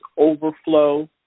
overflow